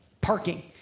parking